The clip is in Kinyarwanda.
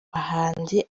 bahanzi